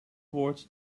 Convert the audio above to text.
boord